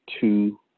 two